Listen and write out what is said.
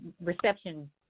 reception